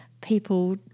people